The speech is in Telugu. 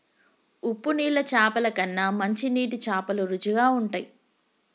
ఉప్పు నీళ్ల చాపల కన్నా మంచి నీటి చాపలు రుచిగ ఉంటయ్